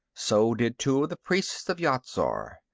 so did two of the priests of yat-zar.